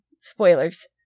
spoilers